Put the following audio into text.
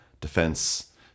defense